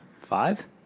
Five